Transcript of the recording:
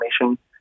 information